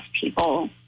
people